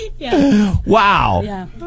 Wow